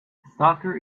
soccer